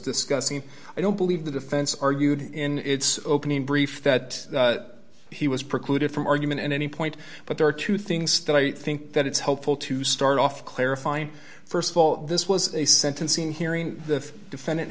discussing i don't believe the defense argued in its opening brief that he was precluded from argument in any point but there are two things that i think that it's helpful to start off clarifying st of all this was a sentencing hearing the defendant